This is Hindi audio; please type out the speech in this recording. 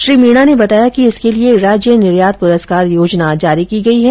श्री मीणा ने बताया कि इसके लिए राज्य निर्यात पुरस्कार योजना जारी की गई है